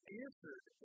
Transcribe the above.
answered